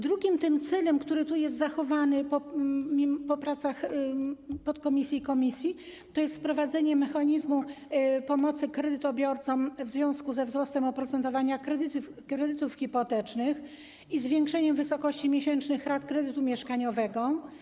Drugim celem, który jest zachowany po pracach podkomisji i komisji, jest wprowadzenie mechanizmu pomocy kredytobiorcom w związku ze wzrostem oprocentowania kredytów hipotecznych i zwiększeniem wysokości miesięcznych rat kredytu mieszkaniowego.